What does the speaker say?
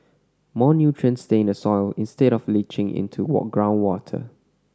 more nutrients stay in the soil instead of leaching into groundwater